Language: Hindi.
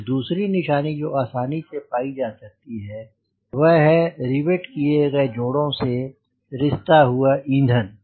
एक दूसरी निशानी जो आसानी से पाई जा सकती है वह है रिवेट किए गए जोड़ों से रिसता हुआ ईंधन